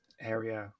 area